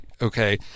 okay